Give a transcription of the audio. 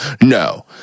No